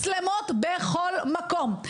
מצלמות בכל מקום.